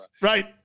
Right